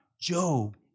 job